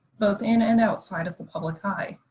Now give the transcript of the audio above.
both in an outside of the public eye,